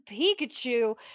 Pikachu